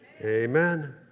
Amen